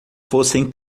fossem